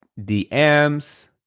DMs